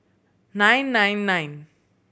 nine nine nine